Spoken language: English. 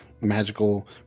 magical